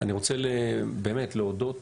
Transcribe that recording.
אני רוצה באמת להודות.